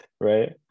Right